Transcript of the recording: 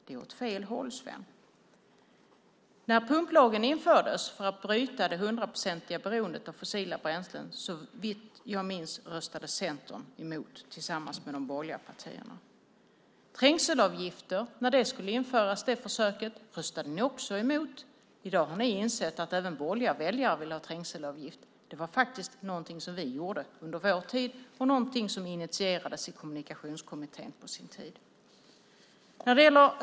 Det är åt fel håll, Sven Bergström. När pumplagen infördes för att bryta det hundraprocentiga beroendet av fossila bränslen röstade Centern, såvitt jag minns, mot den tillsammans med de övriga borgerliga partierna. När försöket med trängselavgifter skulle införas röstade ni mot det också. I dag har ni insett att även borgerliga väljare vill ha trängselavgift. Det var faktiskt något som vi gjorde under vår tid och något som initierades i Kommunikationskommittén på den tiden.